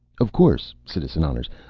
of course. citizen honners,